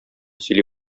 сөйли